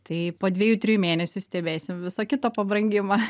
tai po dviejų trijų mėnesių stebėsim visą kitą pabrangimą